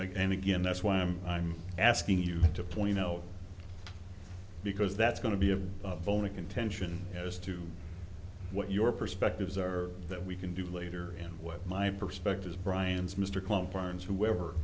again and again that's why i'm i'm asking you to point out because that's going to be a bone of contention as to what your perspectives are that we can do later and what my perspectives brians mr conference whoever